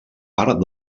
part